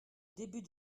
début